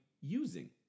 using